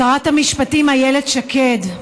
שרת המשפטים איילת שקד,